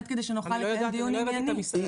כדי שנוכל לקיים דיון ענייני.